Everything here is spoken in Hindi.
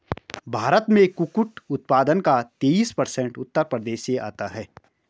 भारत में कुटकुट उत्पादन का तेईस प्रतिशत उत्तर प्रदेश से आता है